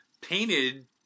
painted